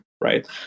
right